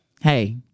Hey